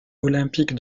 olympique